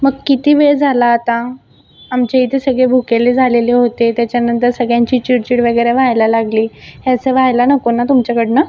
मग किती वेळ झाला आता आमच्या इथे सगळे भुकेले झालेले होते त्याच्यानंतर सगळ्यांची चिडचिड वगैरे व्हायला लागली असं व्हायला नको ना तुमच्याकडून